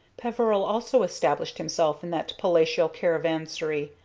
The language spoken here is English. peveril also established himself in that palatial caravansary,